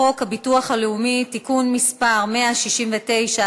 הביטוח הלאומי (תיקון מס' 169),